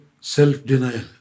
self-denial